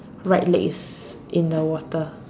right leg is in the water